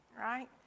right